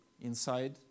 inside